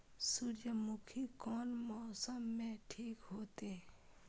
सूर्यमुखी कोन मौसम में ठीक होते?